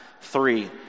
Three